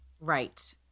right